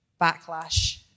backlash